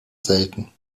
selten